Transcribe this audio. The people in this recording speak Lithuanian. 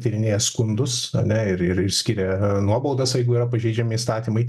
tyrinėja skundus ar ne ir ir skiria nuobaudas jeigu yra pažeidžiami įstatymai